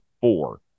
four